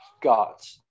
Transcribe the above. got